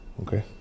Okay